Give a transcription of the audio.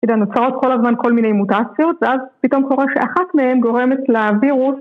נוצרות כל הזמן כל מיני מוטציות ואז פתאום קורה שאחת מהן גורמת לווירוס